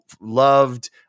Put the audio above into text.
loved